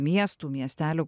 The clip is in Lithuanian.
miestų miestelių